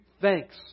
thanks